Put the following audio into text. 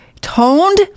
Toned